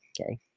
Okay